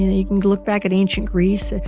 you know, you can look back at ancient greece. ah